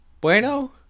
bueno